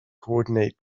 coordinate